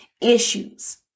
issues